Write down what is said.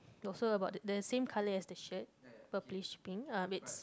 also about the the same colour as the shirt purplish pink ah bits